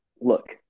look